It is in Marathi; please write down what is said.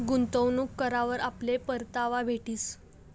गुंतवणूक करावर आपले परतावा भेटीस